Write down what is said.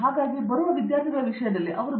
ಹಾಗಾಗಿ ಬರುವ ವಿದ್ಯಾರ್ಥಿಗಳ ವಿಷಯದಲ್ಲಿ ಅವರು ತಮ್ಮ ಬಿ